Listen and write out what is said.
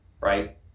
Right